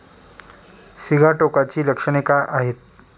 सिगाटोकाची लक्षणे काय आहेत?